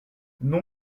non